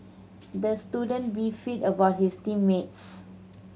the student beefed about his team mates